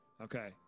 Okay